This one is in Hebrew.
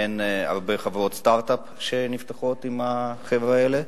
אין הרבה חברות סטארט-אפ עם החבר'ה האלה,